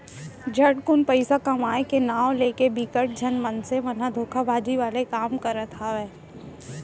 झटकुन पइसा कमाए के नांव लेके बिकट झन मनसे मन ह धोखेबाजी वाला काम करत हावय